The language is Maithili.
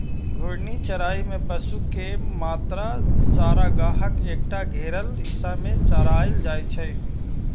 घूर्णी चराइ मे पशु कें मात्र चारागाहक एकटा घेरल हिस्सा मे चराएल जाइ छै